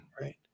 Right